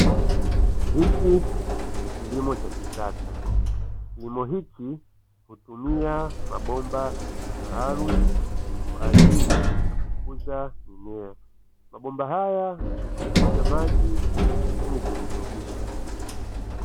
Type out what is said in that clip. Hiki ni kilimo cha kisasa, kilimo hiki hutumia mabomba maalumu kwa ajili ya kukuza mimea. Mabomba haya hupitisha maji yenye virutubisho.